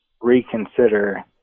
reconsider